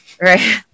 right